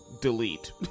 delete